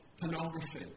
pornography